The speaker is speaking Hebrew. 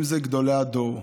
אם זה גדולי הדור,